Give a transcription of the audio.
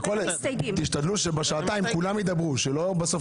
תשתדלו שבשעתיים כולם ידברו ושלא בסוף